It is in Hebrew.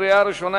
קריאה ראשונה.